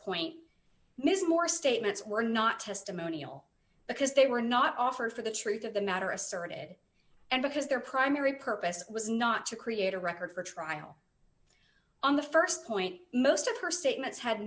point ms moore statements were not testimonial because they were not offered for the truth of the matter asserted and because their primary purpose was not to create a record for a trial on the st point most of her statements had